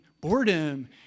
boredom